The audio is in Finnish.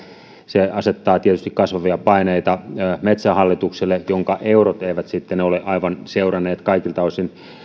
se asettaa tietysti kasvavia paineita metsähallitukselle jonka eurot eivät sitten ole aivan seuranneet kaikilta osin